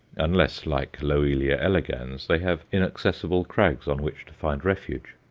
unless, like loelia elegans, they have inaccessible crags on which to find refuge.